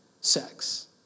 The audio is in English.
sex